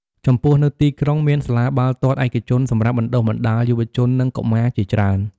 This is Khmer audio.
ចំពោះនៅទីក្រុង មានសាលាបាល់ទាត់ឯកជនសម្រាប់បណ្តុះបណ្តាលយុវជន និងកុមារជាច្រើន។